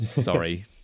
Sorry